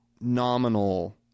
nominal